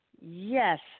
Yes